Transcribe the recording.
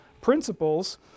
principles